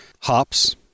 Hops